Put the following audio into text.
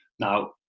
Now